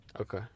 Okay